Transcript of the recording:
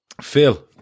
Phil